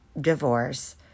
divorce